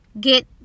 get